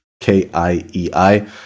K-I-E-I